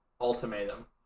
Ultimatum